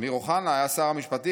אמיר אוחנה שהיה שר המשפטים,